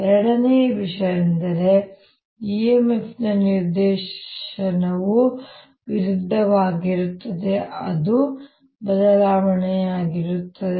ಎರಡನೆಯ ವಿಷಯವೆಂದರೆ emf ನ ನಿರ್ದೇಶನವು ವಿರುದ್ಧವಾಗಿರುತ್ತದೆ ಅದು ಬದಲಾವಣೆಯನ್ನು ವಿರೋಧಿಸುತ್ತದೆ